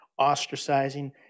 ostracizing